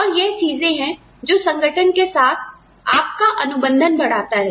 और यह चीजें हैं जो संगठन के साथ आपका संबंध अनुबंधन बढ़ाता हैं